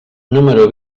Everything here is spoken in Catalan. número